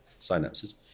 synapses